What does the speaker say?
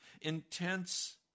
intense